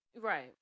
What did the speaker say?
Right